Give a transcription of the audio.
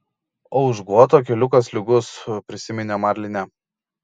o už guoto keliukas lygus prisiminė marlinė